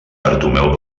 bartomeu